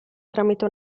tramite